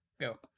go